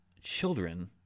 children